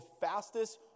fastest